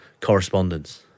correspondence